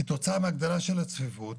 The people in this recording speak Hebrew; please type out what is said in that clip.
כתוצאה מהגדלה של הצפיפות,